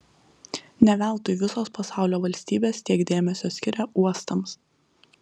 ne veltui visos pasaulio valstybės tiek dėmesio skiria uostams